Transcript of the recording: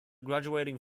graduating